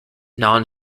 non